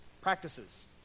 practices